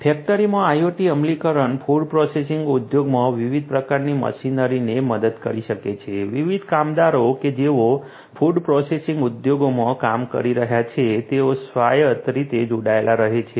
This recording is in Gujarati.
ફેક્ટરીમાં IoT અમલીકરણ ફૂડ પ્રોસેસિંગ ઉદ્યોગમાં વિવિધ પ્રકારની મશીનરીને મદદ કરી શકે છે વિવિધ કામદારો કે જેઓ ફૂડ પ્રોસેસિંગ ઉદ્યોગમાં કામ કરી રહ્યા છે તેઓ સ્વાયત્ત રીતે જોડાયેલા રહે છે